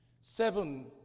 Seven